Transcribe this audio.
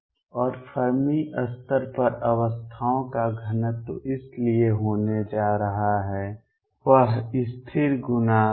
और फर्मी स्तर पर अवस्थाओं का घनत्व इसलिए होने जा रहा है वह स्थिर गुना F